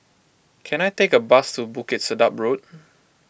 can I take a bus to Bukit Sedap Road